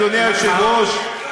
אדוני היושב-ראש,